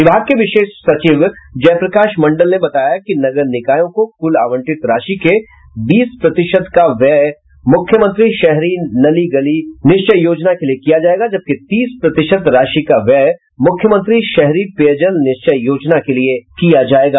विभाग के विशेष सचिव जयप्रकाश मंडल ने बताया कि नगर निकायों को कुल आवंटित राशि के बीस प्रतिशत का व्यय मुख्यमंत्री शहरी नली गली निश्चय योजना के लिए किया जायेगा जबकि तीस प्रतिशत राशि का व्यय मुख्यमंत्री शहरी पेयजल निश्चय योजना के लिए किया जायेगा